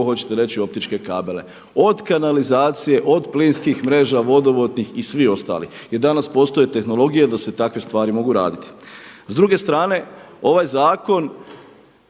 god hoćete reći optičke kabele od kanalizacije, od plinskih mreža, vodovodnih i svih ostalih. Jer danas postoje tehnologije da se takve stvari mogu raditi. S druge strane ovaj zakon